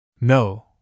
No